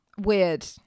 weird